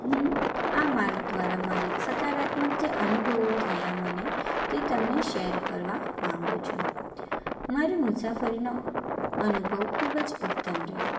હું આ માર્ગ દ્વારા મારી સકારાત્મક જે અનુભવો થયા મને તે તમને શેર કરવા માંગુ છું મારી મુસાફરીનો અનુભવ ખૂબ જ ઉત્તમ રહ્યો